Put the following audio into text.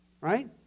right